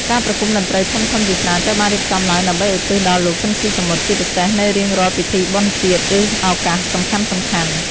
ការប្រគុំតន្ត្រីធំៗជាច្រើនត្រូវបានរៀបចំឡើងដើម្បីឧទ្ទិសដល់លោក ស៊ីន ស៊ីសាមុត ជាពិសេសនៅរៀងរាល់ពិធីបុណ្យជាតិ ឬឱកាសសំខាន់ៗ ។